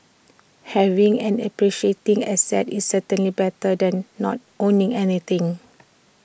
having an appreciating asset is certainly better than not owning anything